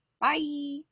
Bye